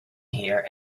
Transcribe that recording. here